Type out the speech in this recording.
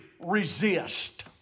resist